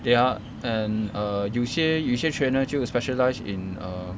they are and err 有些有些 trainer 就 specialise in err